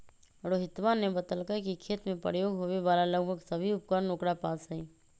रोहितवा ने बतल कई कि खेत में प्रयोग होवे वाला लगभग सभी उपकरण ओकरा पास हई